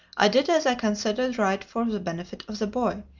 i did as i considered right for the benefit of the boy,